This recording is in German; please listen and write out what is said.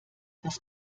dass